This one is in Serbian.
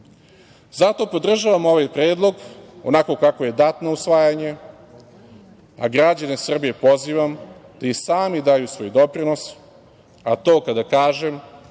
podržavam ovaj predlog onako kako je dat na usvajanje, a građane Srbije pozivam da i sami daju svoj doprinos. Kada to kažem,